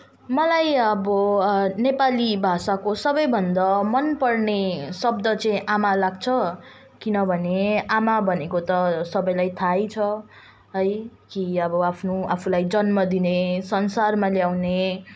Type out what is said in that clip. मलाई अब नेपाली भाषाको सबैभन्दा मनपर्ने शब्द चाहिँ आमा लाग्छ किनभने आमा भनेको त सबैलाई थाहै छ है कि अब आफ्नो आफूलाई जन्मदिने संसारमा ल्याउने